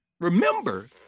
remember